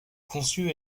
conçu